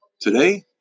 Today